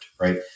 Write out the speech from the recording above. right